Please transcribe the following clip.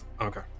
Okay